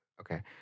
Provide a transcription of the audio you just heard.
Okay